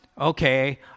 Okay